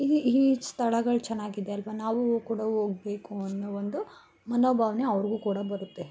ಇಲ್ಲಿ ಈ ಸ್ಥಳಗಳು ಚೆನ್ನಾಗಿದೆ ಅಲ್ವ ನಾವೂ ಕೂಡ ಹೋಗ್ಬೇಕು ಅನ್ನೊ ಒಂದು ಮನೋಭಾವನೆ ಅವರಿಗೂ ಕೂಡ ಬರುತ್ತೆ